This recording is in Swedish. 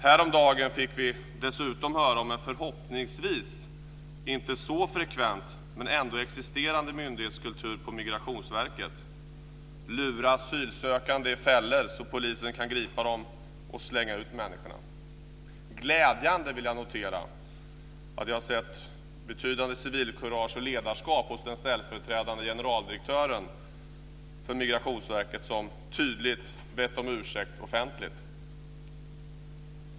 Häromdagen fick vi dessutom höra om en förhoppningsvis inte så frekvent men ändå existerande myndighetskultur på Migrationsverket: Att lura asylsökande i fällor så att polisen kan gripa dem och slänga ut dessa människor. Glädjande nog vill jag notera att jag har sett betydande civilkurage och ledarskap hos den ställföreträdande generaldirektören för Migrationsverket, som tydligt bett om ursäkt offentligt.